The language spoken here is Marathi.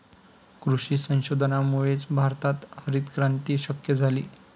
कृषी संशोधनामुळेच भारतात हरितक्रांती शक्य झाली